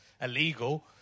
illegal